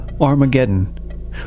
Armageddon